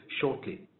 shortly